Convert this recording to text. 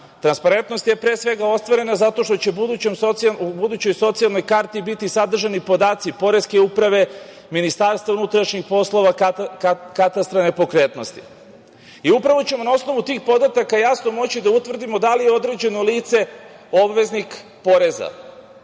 Transparentnost je pre svega ostvarena zato što će u budućoj socijalnoj karti biti sadržani podaci Poreske uprave, MUP-a, Katastra nepokretnosti. Upravo ćemo na osnovu tih podataka jasno moći da utvrdimo da li je određeno lice obveznik poreza,